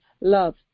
love